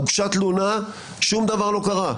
הוגשה תלונה שום דבר לא קרה.